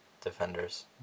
defenders